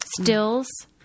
stills